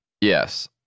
Yes